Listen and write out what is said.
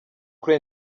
kuri